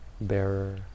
bearer